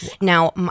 Now